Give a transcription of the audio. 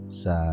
sa